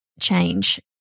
change